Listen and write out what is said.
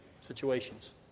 situations